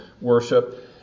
worship